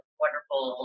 wonderful